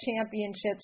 Championships